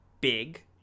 Big